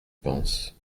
penses